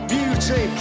Beauty